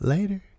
Later